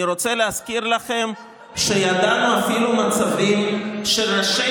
אני רוצה להזכיר לכם שידענו אפילו מצבים של ראשי